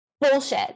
Bullshit